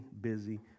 busy